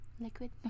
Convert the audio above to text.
liquid